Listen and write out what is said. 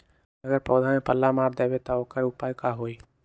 अगर पौधा में पल्ला मार देबे त औकर उपाय का होई?